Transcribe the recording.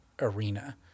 arena